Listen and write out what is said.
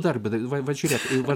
dar bet vat vat žiūrėk va